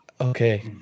Okay